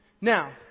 Now